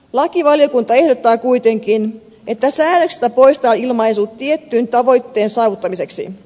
lakivaliokunta ehdottaa kuitenkin että säännöksestä poistetaan ilmaisu tietyn tavoitteen saavuttamiseksi